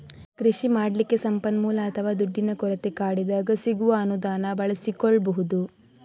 ಕೃಷಿ ಮಾಡ್ಲಿಕ್ಕೆ ಸಂಪನ್ಮೂಲ ಅಥವಾ ದುಡ್ಡಿನ ಕೊರತೆ ಕಾಡಿದಾಗ ಸಿಗುವ ಅನುದಾನ ಬಳಸಿಕೊಳ್ಬಹುದು